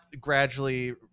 gradually